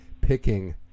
picking